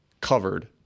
covered